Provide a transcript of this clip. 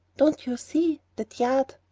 don't you see? that yard!